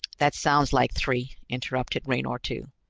that sounds like three, interrupted raynor two.